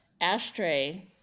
ashtray